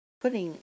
putting